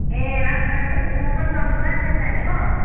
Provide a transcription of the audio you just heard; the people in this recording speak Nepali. ए आज जान्छ भने चाहिँ म पनि तपाईँ गाडी लिएर जाने हो